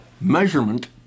measurement